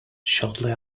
shortly